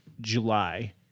July